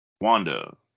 Wanda